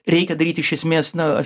reikia daryti iš esmės na